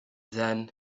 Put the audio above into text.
then